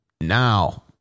now